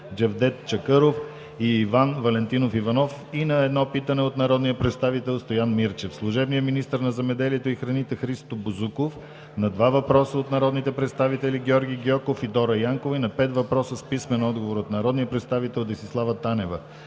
Джевдет Чакъров и Иван Валентинов Иванов; и на едно питане от народния представител Стоян Мирчев; - служебният министър на земеделието и храните Христо Бозуков – на два въпроса от народните представители Георги Гьоков и Дора Янкова; и на пет въпроса с писмен отговор от народния представител Десислава Танева;